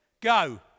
Go